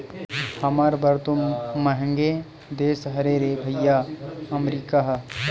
हमर बर तो मंहगे देश हरे रे भइया अमरीका ह